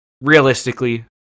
Realistically